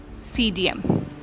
CDM